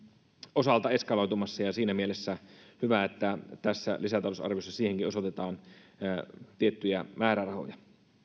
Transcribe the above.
osalta eskaloitumassa ja siinä mielessä on hyvä että tässä lisätalousarviossa siihenkin osoitetaan tiettyjä määrärahoja